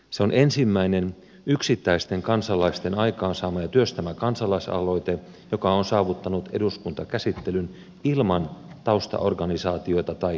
se on ensimmäinen yksittäisten kansalaisten aikaansaama ja työstämä kansalaisaloite joka on saavuttanut eduskuntakäsittelyn ilman taustaorganisaatioita tai kansalaisjärjestöjä